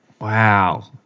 Wow